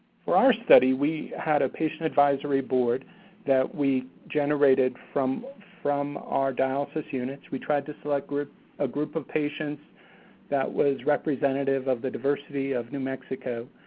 for our study, we had a patient advisory board that we generated from from our dialysis units. we tried to select a group of patients that was representative of the diversity of new mexico,